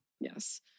Yes